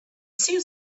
seemed